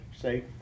Say